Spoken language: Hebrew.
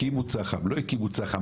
הקימו צח"ם או לא הקימו צח"ם,